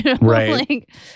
Right